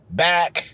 back